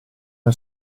una